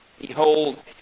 Behold